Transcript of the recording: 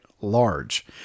large